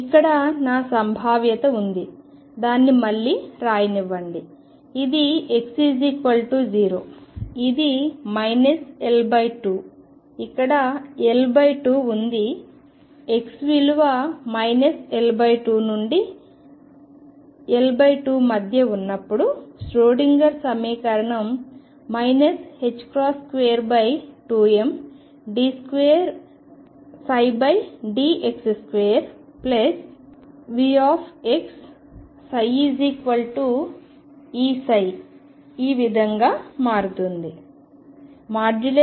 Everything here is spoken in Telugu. ఇక్కడ నా సంభావ్యత ఉంది దాన్ని మళ్లీ రాయనివ్వండి ఇది x0 ఇది L2 ఇక్కడ L2 ఉంది x విలువ L2 నుండి L2 మధ్య ఉన్నప్పుడు ష్రోడింగర్ సమీకరణం 22md2dx2VxψEψ ఈ విధంగా మారుతుంది